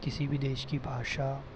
किसी भी देश की भाषा